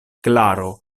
klaro